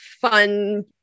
fun